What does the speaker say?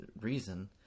reason